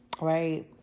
Right